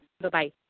Bye-bye